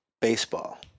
baseball